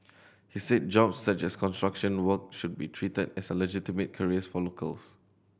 he said job such as construction work should be treated as a legitimate careers for locals